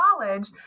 college